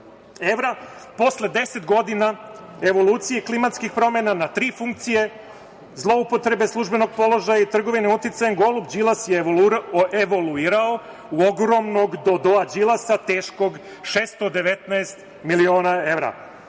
evra. Posle 10 godina evolucije i klimatskih promena na tri funkcije, zloupotrebe službenog položaja i trgovine uticajem, golub Đilas je evoluirao u ogromnog dodoa Đilasa, teškog 619 miliona evra.